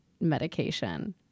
medication